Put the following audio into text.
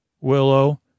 Willow